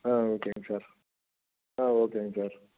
ஆ ஓகேங்க சார் ஆ ஓகேங்க சார்